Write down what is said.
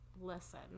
Listen